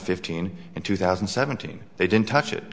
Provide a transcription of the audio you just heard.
fifteen and two thousand and seventeen they didn't touch it